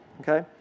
okay